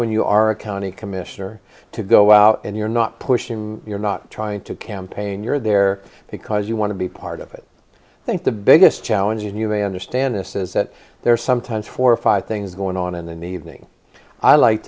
when you are a county commissioner to go out and you're not pushing you're not trying to campaign you're there because you want to be part of it i think the biggest challenge and you may understand this is that there are sometimes four or five things going on in the evening i like